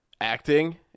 Acting